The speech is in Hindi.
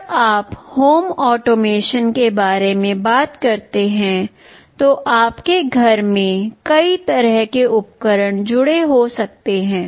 जब आप होम ऑटोमेशन के बारे में बात करते हैं तो आपके घर में कई तरह के उपकरण जुड़े हो सकते हैं